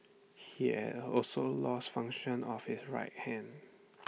he had also lost function of his right hand